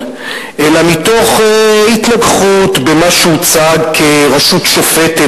אלא מתוך התנגחות במה שהוצג כרשות שופטת,